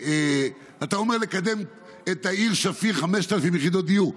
אתה אומר לקדם את העיר שפיר, 5,000 יחידות דיור.